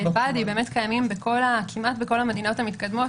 Body קיימים כמעט בכל המדינות המתקדמות,